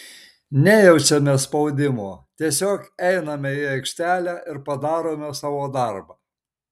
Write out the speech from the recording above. nejaučiame spaudimo tiesiog einame į aikštelę ir padarome savo darbą